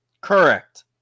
Correct